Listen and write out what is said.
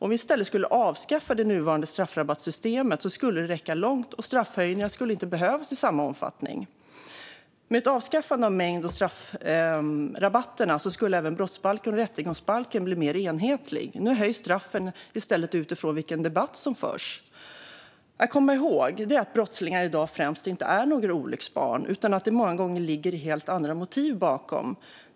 Att i stället avskaffa det nuvarande straffrabattsystemet skulle räcka långt, och straffhöjningar skulle inte behövas i samma omfattning. Med ett avskaffande av mängd och straffrabatter skulle även brottsbalken och rättegångsbalken bli mer enhetliga. Men nu höjs i stället straffen utifrån vilken debatt som förs. Låt oss komma ihåg att dagens brottslingar inte främst är olycksbarn utan att det många gånger ligger helt andra motiv bakom.